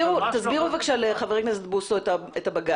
תסבירו בבקשה לחבר הכנסת בוסו את הבג"ץ.